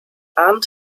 arndt